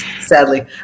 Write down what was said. sadly